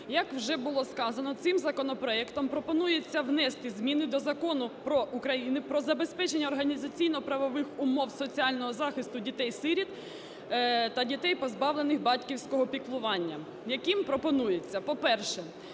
Як вже було сказано, цим законопроектом пропонується внести зміни до Закону України "Про забезпечення організаційно-правових умов соціального захисту дітей-сиріт та дітей, позбавлених батьківського піклування", яким пропонується: по-перше,